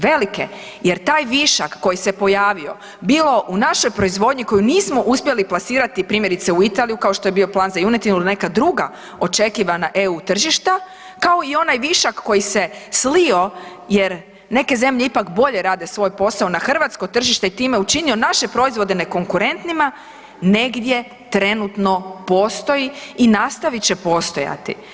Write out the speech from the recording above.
Velike jer taj višak koji se pojavio bilo u našoj proizvodnji koju nismo uspjeli plasirati primjerice u Italiju kao što je bio plan za junetinu ili neka druga očekivanja EU tržišta kao i onaj višak koji se slio jer neke zemlje ipak bolje rade svoj posao na hrvatsko tržište i time učinio naše proizvode nekonkurentnima negdje trenutno postoji i nastavit će postojati.